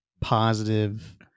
positive